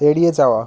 এড়িয়ে যাওয়া